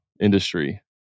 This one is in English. industry